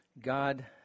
God